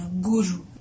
guru